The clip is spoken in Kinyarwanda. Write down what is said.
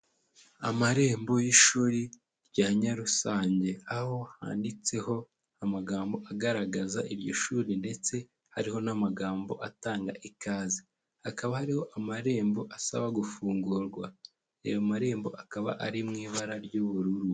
Amarembo y'ishuri rya Nyarusange, aho handitseho amagambo agaragaza iryo shuri ndetse hariho n'amagambo atanga ikaze, hakaba hariho amarembo asaba gufungurwa, ayo marembo akaba ari mu ibara ry'ubururu.